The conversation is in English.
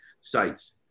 sites